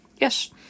Yes